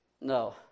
No